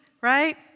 Right